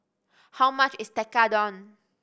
how much is Tekkadon